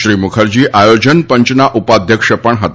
શ્રી મુખર્જી આયોજન પંચના ઉપાધ્યક્ષ પણ હતા